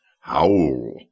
Howl